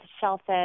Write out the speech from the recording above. shellfish